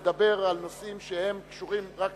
אני הערתי לו שכאשר הוא מדבר על נושאים שהם קשורים רק